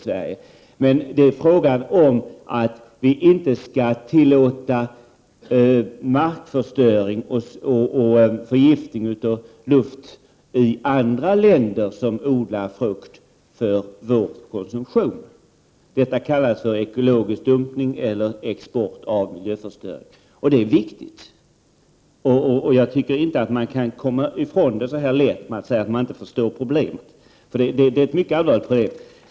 Frågan handlar om att vi inte skall tillåta markförstöring och förgiftning av luft i andra länder som odlar frukt för vår konsumtion. Detta kallas för ekologisk dumpning eller export av miljöförstörelse. Det är ett viktigt problem, och jag tycker inte att man kan komma ifrån det så lätt som att säga att man inte förstår problemet, för det är mycket allvarligt.